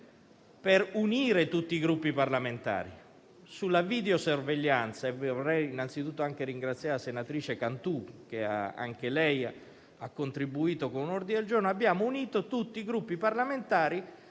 per unire tutti i Gruppi parlamentari sulla videosorveglianza. Vorrei innanzitutto ringraziare la senatrice Cantù, che ha contribuito con un ordine al giorno. Abbiamo unito tutti i Gruppi parlamentari